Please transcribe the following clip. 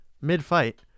mid-fight